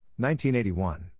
1981